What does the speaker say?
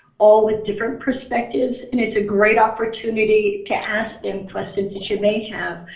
all with different perspectives. and it's a great opportunity to ask them questions that you may have.